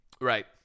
Right